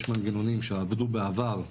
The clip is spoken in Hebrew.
יש מנגנונים שעבדו בעבר,